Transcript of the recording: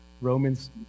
Romans